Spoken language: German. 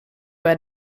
bei